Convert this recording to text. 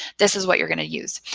this is what you're gonna use.